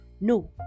No